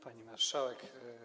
Pani Marszałek!